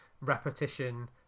repetition